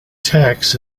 tax